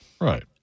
Right